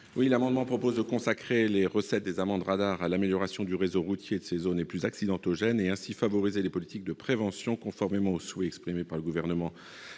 Cet amendement vise à consacrer les recettes des « amendes radars » à l'amélioration du réseau routier et de ses zones les plus accidentogènes et, ainsi, à favoriser les politiques de prévention, conformément aux souhaits exprimés tant par le Gouvernement